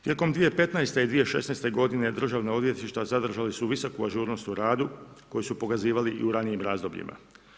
Tijekom 2015. i 2016. godine državna odvjetništva zadržali su visoku ažurnost u radu koji su pokazivali i u ranijim razdobljima.